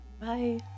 bye